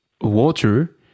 water